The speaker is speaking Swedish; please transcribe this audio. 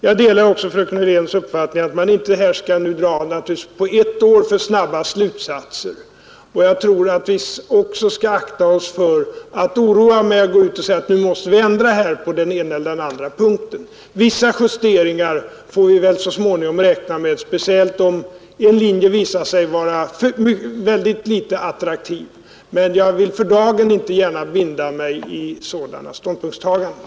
Jag delar också frökens Hörléns uppfattning att man inte av ett års erfarenheter skall dra för snabba slutsatser, och jag tror att vi också skall akta oss för att oroa med att säga: nu måste vi ändra på den ena eller andra punkten. Vissa justeringar får vi väl räkna med så småningom, speciellt om en linje visar sig vara mycket litet attraktiv. men jag vill för dagen inte gärna binda mig i sådana ståndpunktstaganden.